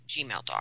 gmail.com